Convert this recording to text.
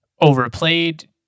overplayed